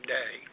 day